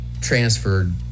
transferred